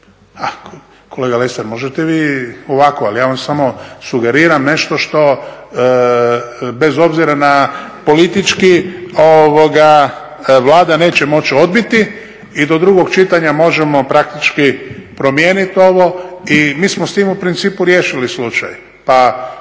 Kolega Lesar, možete vi ovako, ali ja vam samo sugeriram nešto što bez obzira na politički Vlada neće moći odbiti i do drugog čitanja možemo praktički promijeniti ovo i mi smo s tim u principu riješili slučaj.